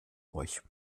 euch